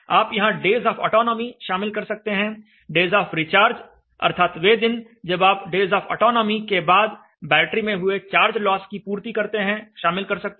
आप यहां days of autonomy शामिल कर सकते हैं डेज आफ रिचार्ज अर्थात वे दिन जब आप डेज आफ ऑटोनॉमी के बाद बैटरी में हुए चार्ज लॉस की पूर्ति करते हैं शामिल कर सकते हैं